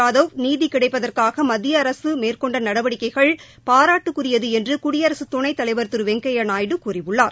ஜாதவ் நீதி கிடைப்பதற்காக மத்திய அரசு மேற்கொண்ட நடவடிக்கைகள் குல்பூஷன் பாராட்டுக்குரியது என்று குடியரசு துணைத் தலைவர் திரு வெங்கையா நாயுடு கூறியுள்ளார்